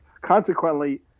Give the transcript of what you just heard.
consequently